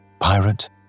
Pirate